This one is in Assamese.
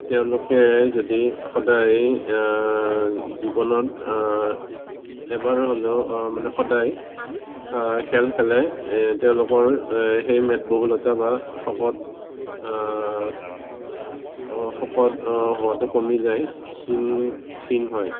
তেওঁলোকে যদি সদায় জীৱনত এবাৰ হ'লেও মানে সদায় খেল খেলে তেওঁলোকৰ সেই মেদবহুলতা বা শকত শকত হোৱাটো কমি যায় ক্ষীণ ক্ষীণ হয়